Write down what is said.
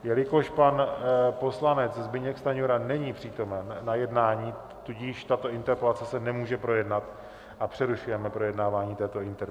Jelikož poslanec Zbyněk Stanjura není přítomen na jednání, tato interpelace se nemůže projednat a přerušujeme projednávání této interpelace.